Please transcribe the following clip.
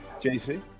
JC